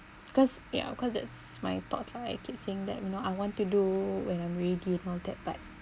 because yeah because that's my thoughts lah I keep saying that you know I want to do when I'm ready and all that but